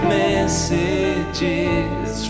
messages